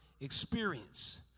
experience